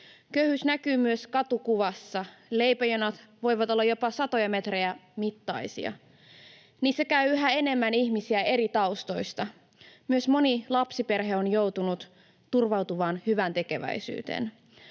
Köyhyys näkyy myös katukuvassa. Leipäjonot voivat olla jopa satojen metrien mittaisia. Niissä käy yhä enemmän ihmisiä eri taustoista. Myös moni lapsiperhe on joutunut turvautumaan hyväntekeväisyyteen.